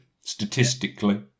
statistically